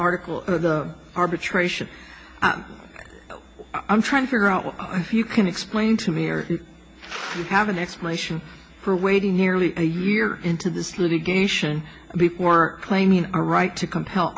article of the arbitration i'm trying to figure out if you can explain to me or you have an explanation for waiting nearly a year into this litigation before claiming a right to compel